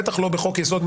בטח לא בחוק יסוד,